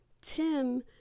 Tim